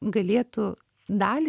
galėtų dalį